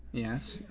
yes.